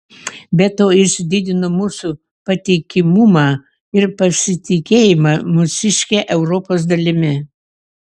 be to jis didino mūsų patikimumą ir pasitikėjimą mūsiške europos dalimi